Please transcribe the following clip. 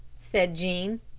said jean.